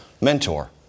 mentor